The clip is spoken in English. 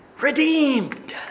redeemed